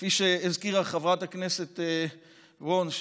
כפי שהזכירה חברת הכנסת וונש,